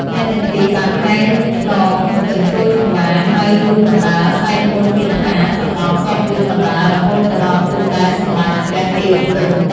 អ្នកទាំងពីរបានហែលឆ្លងទៅជ្រោយចង្វា ហើយលូនបណ្តើរ សែកមន្តគាថាសណ្តំទ័ពយួនបណ្តើរ រហូតទៅដល់ទូកដែលសម្តេចព្រះទាវផ្ទំ។